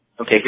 okay